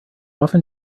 often